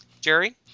Jerry